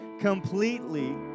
completely